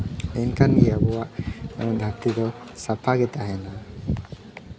ᱮᱱᱠᱷᱟᱱ ᱜᱮ ᱟᱵᱚᱣᱟᱜ ᱱᱤᱭᱟᱹ ᱫᱷᱟᱹᱨᱛᱤ ᱫᱚ ᱥᱟᱯᱷᱟ ᱜᱮ ᱛᱟᱦᱮᱱᱟ